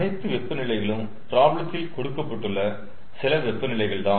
அனைத்து வெப்ப நிலைகளும் ப்ராப்ளத்தில் கொடுக்கப்பட்டுள்ள சில வெப்ப நிலைகள் தான்